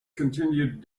continued